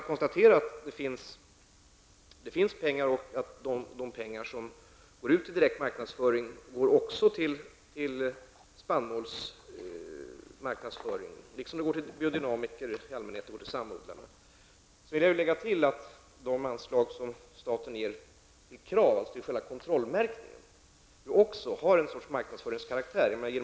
Jag konstaterar alltså att det finns pengar och att de pengar som går till direkt marknadsföring också går till spannmålsmarknadsföring liksom till biodynamiker i allmänhet och till samodlarna. Sedan vill jag tillägga att de anslag som staten ger till KRAV, alltså till själva kontrollmärkningen, också har ett slags marknadsföringskaraktär.